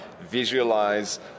visualize